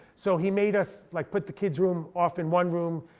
so he made us like put the kids room off in one room,